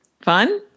Fun